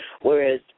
whereas